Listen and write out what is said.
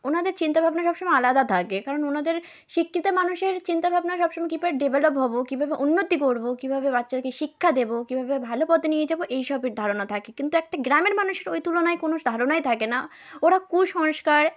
ওনাদের চিন্তা ভাবনা সব সময় আলাদা থাকে কারণ ওনাদের শিক্ষিত মানুষের চিন্তা ভাবনা সব সময় কিভাবে ডেভেলপ হবো কিভাবে উন্নতি করবো কীভাবে বাচ্চাকে শিক্ষা দেবো কীভাবে ভালো পথে নিয়ে যাবো এই সবের ধারণা থাকে কিন্তু একটা গ্রামের মানুষের ওই তুলনায় কোনো ধারণাই থাকে না ওরা কুসংস্কার